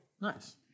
Nice